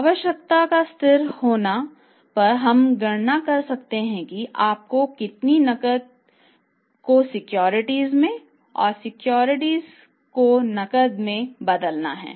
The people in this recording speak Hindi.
आवश्यकता के स्थिर होने पर हम गणना कर सकते हैं कि आपको कितनी नकद को सिक्योरिटीज और सिक्योरिटीज को समय की अवधि में नकद में बदलना है